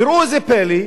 וראו זה פלא: